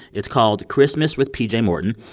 it's called, christmas with pj morton.